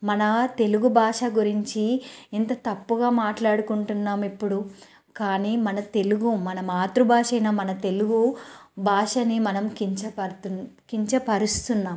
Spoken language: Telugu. మన తెలుగు భాష గురించి ఎంత తప్పుగా మాట్లాడుకుంటున్నాము ఇప్పుడు కానీ మన తెలుగు మన మాతృభాష అయిన మన తెలుగు భాషనే మనం కించపరుస్తున్నాం